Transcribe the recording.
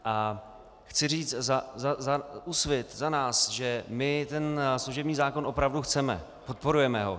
A chci říct za Úsvit, za nás, že my služební zákon opravdu chceme, podporujeme ho.